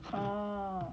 oh